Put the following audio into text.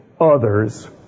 others